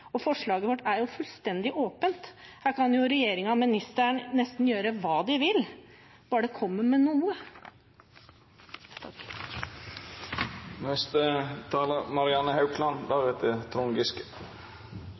Forslaget vårt er jo også fullstendig åpent. Her kan regjeringen og ministeren gjøre nesten hva de vil, bare de kommer med noe.